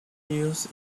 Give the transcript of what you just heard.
use